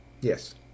Yes